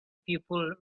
people